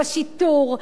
בשיטור,